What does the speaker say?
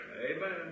Amen